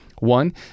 One